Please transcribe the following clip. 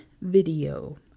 video